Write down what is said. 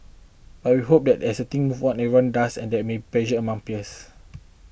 I will hope that as things move on and everyone does and there may pressure among peers